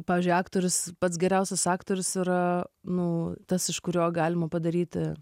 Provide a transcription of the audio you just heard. pavyzdžiui aktorius pats geriausias aktorius yra nu tas iš kurio galima padaryti